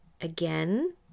Again